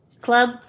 club